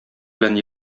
белән